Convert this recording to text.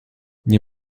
nie